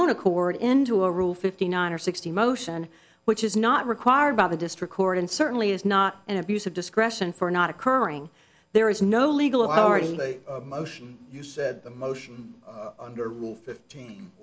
own accord into a rule fifty nine or sixty motion which is not required by the district court and certainly is not an abuse of discretion for not occurring there is no legal authority in a motion you said the motion under rule fifteen